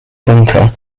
bunker